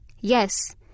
Yes